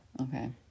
Okay